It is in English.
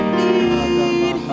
need